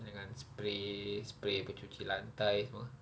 dengan spray spray pencuci lantai semua